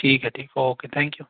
ठीक है ठीक है ओके थैंक यू